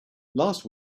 last